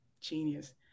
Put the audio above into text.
Genius